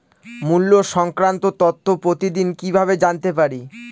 মুল্য সংক্রান্ত তথ্য প্রতিদিন কিভাবে জানতে পারি?